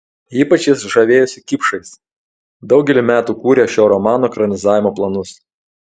ypač jis žavėjosi kipšais daugelį metų kūrė šio romano ekranizavimo planus